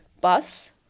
bus